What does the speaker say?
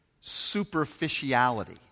superficiality